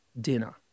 dinner